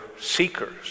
seekers